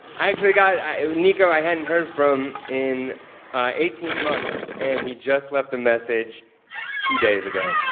actually got nico, i hadn't heard from in eighteen months, and he just left a message two days ago.